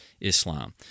Islam